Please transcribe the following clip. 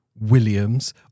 Williams